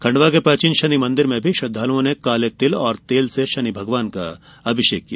खंडवा के प्राचीन शनि मंदिर में श्रद्धालुओं ने काले तिल और तेल से शनि भगवान का अभिषेक किया